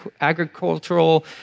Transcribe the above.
agricultural